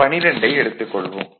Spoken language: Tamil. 12 ஐ எடுத்துக் கொள்வோம்